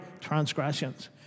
transgressions